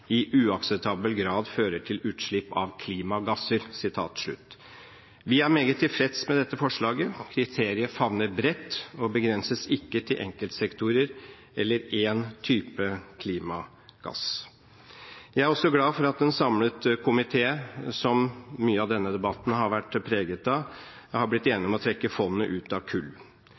i uakseptabel grad fører til utslipp av klimagasser.» Vi er meget tilfredse med dette forslaget. Kriteriet favner bredt og begrenses ikke til enkeltsektorer eller én type klimagass. Jeg er også glad for at en samlet komité – som mye av denne debatten har vært preget av – har blitt